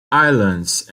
islands